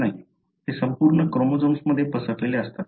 ते संपूर्ण क्रोमोझोम्समध्ये पसरलेले असतात